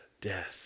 death